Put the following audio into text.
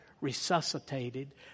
resuscitated